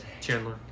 Chandler